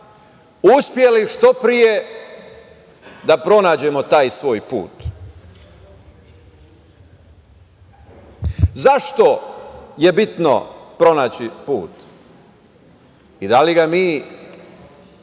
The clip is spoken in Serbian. uspeli što pre da pronađemo taj svoj put.Zašto je bitno pronaći put i da li ga mi